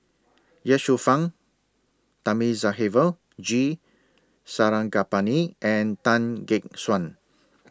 Ye Shufang Thamizhavel G Sarangapani and Tan Gek Suan